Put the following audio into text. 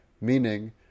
meaning